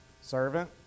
Servant